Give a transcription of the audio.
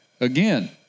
again